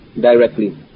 directly